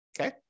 Okay